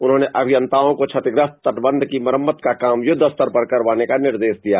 उन्होंने अभियंताओं को क्षतिग्रस्त तटबंध की मरम्मत का काम युद्धस्तर पर करवाने के निर्देश दिये